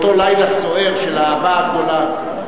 באותו לילה סוער, של האהבה הגדולה.